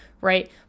Right